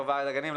יו"ר ועד הגנים.